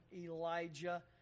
Elijah